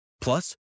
Plus